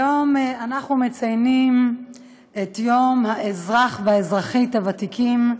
היום אנחנו מציינים את יום האזרח והאזרחית הוותיקים,